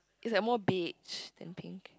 it's like more beige than pink